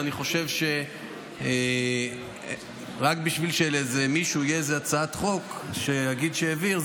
ואני חושב שרק בשביל שלמישהו תהיה איזו הצעת חוק שהוא יגיד שהעביר,